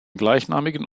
gleichnamigen